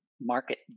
market